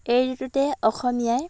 এই ঋতুতেই অসমীয়াই